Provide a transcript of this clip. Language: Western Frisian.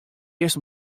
earst